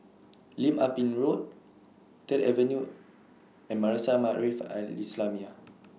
Lim Ah Pin Road Third Avenue and Madrasah Maarif Al Islamiah